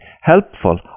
helpful